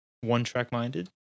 one-track-minded